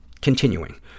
Continuing